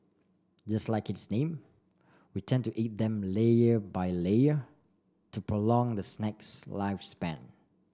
just like its name we tend to eat them layer by layer to prolong the snack's lifespan